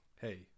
Hey